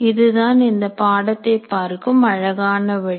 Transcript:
இதுதான் அந்த பாடத்தை பார்க்கும் அழகான வழி